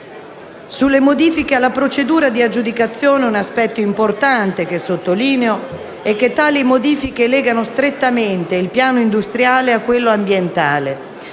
Sulle modifiche alla procedura di aggiudicazione un aspetto importante, che sottolineo, è che tali modifiche legano strettamente il piano industriale a quello ambientale.